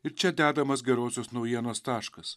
ir čia dedamas gerosios naujienos taškas